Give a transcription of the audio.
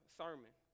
sermon